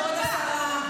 כבוד השרה,